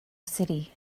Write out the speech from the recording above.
city